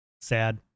Sad